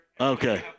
Okay